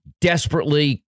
desperately